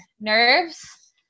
nerves